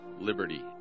liberty